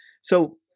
So-